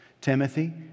Timothy